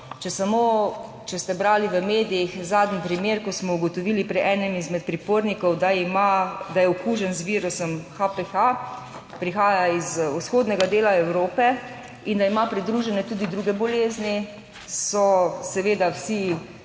če ste brali v medijih zadnji primer, ko smo ugotovili pri enem izmed pripornikov, da ima, da je okužen z virusom HPV(?), prihaja iz vzhodnega dela Evrope in da ima pridružene tudi druge bolezni, so seveda vsi